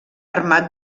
armat